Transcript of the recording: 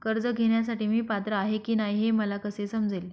कर्ज घेण्यासाठी मी पात्र आहे की नाही हे मला कसे समजेल?